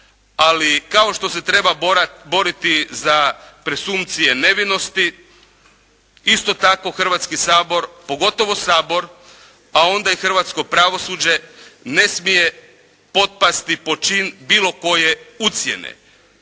ali kao što se treba boriti za presumpcije nevinosti isto tako Hrvatski sabor, pogotovo Sabor pa onda i hrvatsko pravosuđe ne smije potpasti pod čin bilo koje ucjene